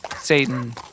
Satan